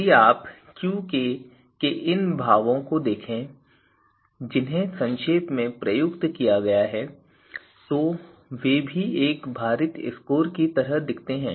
यदि आप Qk के इन दो भावों को देखें जिन्हें संक्षेप में प्रस्तुत किया गया है तो वे भी एक भारित स्कोर की तरह दिखते हैं